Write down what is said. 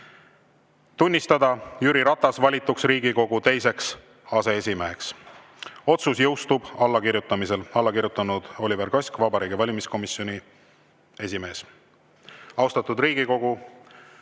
Tunnistada Jüri Ratas valituks Riigikogu teiseks aseesimeheks. Otsus jõustub allakirjutamisel. Alla on kirjutanud Oliver Kask, Vabariigi Valimiskomisjoni esimees. Austatud Riigikogu,